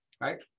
right